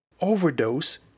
overdose